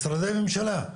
משרדי הממשלה,